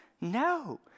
no